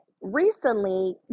recently